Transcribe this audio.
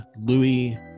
Louis